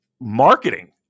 marketing